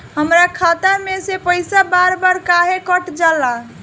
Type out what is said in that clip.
हमरा खाता में से पइसा बार बार काहे कट जाला?